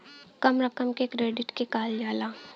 कम रकम के क्रेडिट के कहल जाला